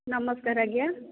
ନମସ୍କାର ଆଜ୍ଞା